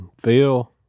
Phil